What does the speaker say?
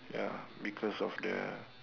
ya because of the